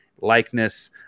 likeness